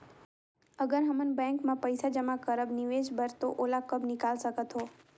अगर हमन बैंक म पइसा जमा करब निवेश बर तो ओला कब निकाल सकत हो?